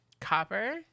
copper